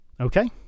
Okay